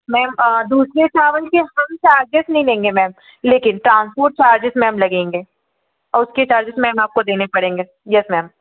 ma'am दूसरे चावल के हम चार्जेस नहीं लेंगे मैम लेकिन ट्रांसपोर्ट चार्जेस मैम लगेंगे और उसके चार्जेस मैम आपको देने पड़ेंगे यस मैम